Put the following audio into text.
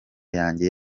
yanjye